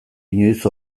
inoiz